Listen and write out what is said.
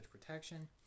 protection